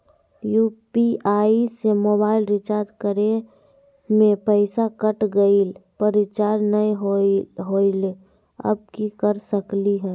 UPI से mobile recharge करे में पैसा कट गेलई, पर रिचार्ज नई होलई, अब की कर सकली हई?